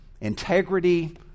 integrity